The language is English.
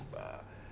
uh